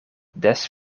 des